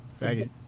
faggot